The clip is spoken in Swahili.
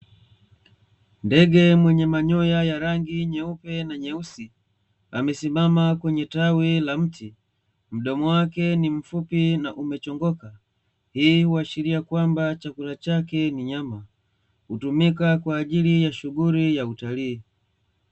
Ndege mwenye manyoya ya rangi nyeupe na nyeusi amesimama kwenye tawi la mti, mdomo wake ni mfupi na umechongoka, hii huashiria kwamba chakula chake ni nyama. Hutumika kwa ajili ya shunguli ya utalii.